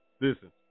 listen